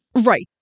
right